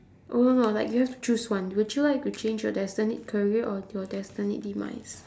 oh no no like you have to choose one would you like to change your destined career or your destined demise